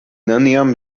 neniam